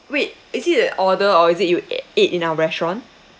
wait is it a order or is it you eat in our restaurant